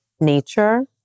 nature